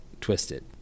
twisted